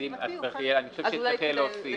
אז אני חושב שצריך יהיה להוסיף.